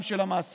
גם של המעסיק,